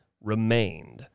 remained